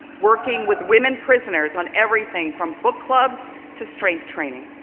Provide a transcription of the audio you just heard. working with women prisoners on everything from book clubs to strength training.